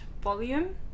Volume